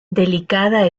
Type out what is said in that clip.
delicada